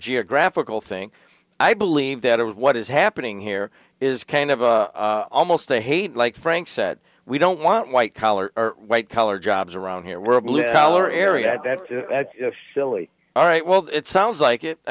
geographical thing i believe that it was what is happening here is kind of almost a hate like frank said we don't want white collar white collar jobs around here world or area that silly all right well it sounds like it i